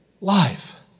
Life